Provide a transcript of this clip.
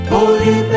Holy